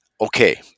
Okay